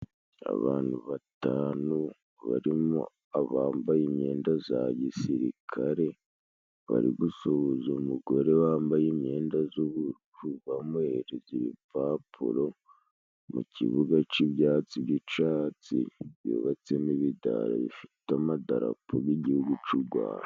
Abantu batanu barimo abambaye imyenda za gisirikare, bari gusuhuza umugore wambaye imyenda z'ubururu, bamuhereza ibipapuro mu kibuga c'ibyatsi by'icatsi byubatsemo ibidara bifite amadarapo g'igihugu c'u Rwanda.